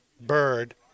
bird